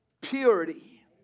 purity